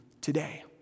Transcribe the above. today